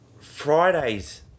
Fridays